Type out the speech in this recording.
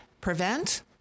prevent